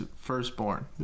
firstborn